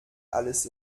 alles